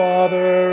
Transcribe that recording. Father